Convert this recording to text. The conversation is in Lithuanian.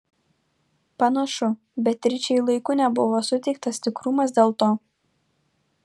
panašu beatričei laiku nebuvo suteiktas tikrumas dėl to